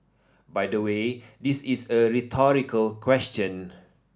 by the way this is a rhetorical question